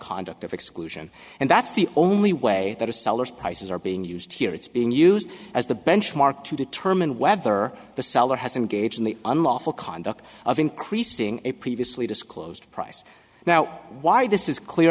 conduct of exclusion and that's the only way that a seller's prices are being used here it's being used as the benchmark to determine whether the seller has engaged in the unlawful conduct of increasing a previously disclosed price now why this is clear